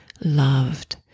loved